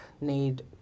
need